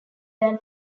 than